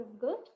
good